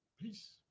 Peace